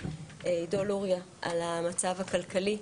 עידו לוריא על המצב הכלכלי,